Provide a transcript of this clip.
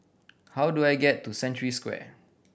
how do I get to Century Square